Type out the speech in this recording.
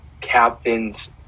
Captains